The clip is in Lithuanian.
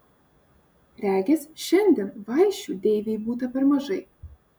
regis šiandien vaišių deivei būta per mažai